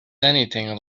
anything